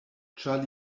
ĉar